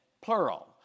plural